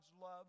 love